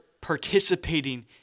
participating